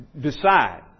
decide